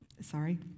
Sorry